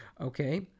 okay